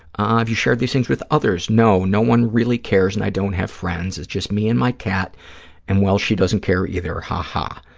have you shared these things with others? no. no one really cares and i don't have friends. it's just me and my cat and, well, she doesn't care either. ha-ha.